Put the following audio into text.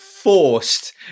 forced